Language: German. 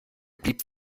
blieb